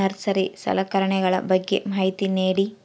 Nursery ಸಲಕರಣೆಗಳ ಬಗ್ಗೆ ಮಾಹಿತಿ ನೇಡಿ?